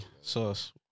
sauce